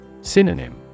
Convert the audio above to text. Synonym